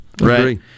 right